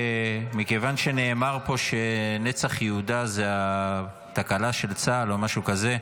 מכיוון שנאמר פה שנצח יהודה זה התקלה של צה"ל או משהו כזה,